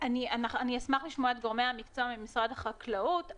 אני אשמח לשמוע את גורמי המקצוע ממשרד החקלאות.